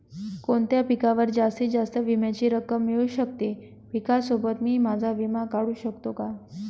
कोणत्या पिकावर जास्तीत जास्त विम्याची रक्कम मिळू शकते? पिकासोबत मी माझा विमा काढू शकतो का?